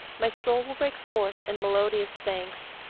my soul will break forth in melodious thanks,